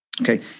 Okay